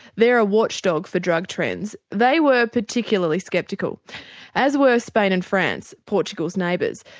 they are a watch dog for drug trends they were particularly sceptical as were spain and france, portugal's neighbours.